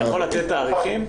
אתה יכול לתת תאריכים?